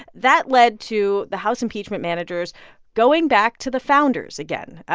that led to the house impeachment managers going back to the founders again.